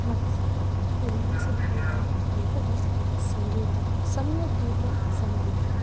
मनसः उल्लासदायकम् एव सङ्गीतं सम्यग्गीतं सङ्गीतम्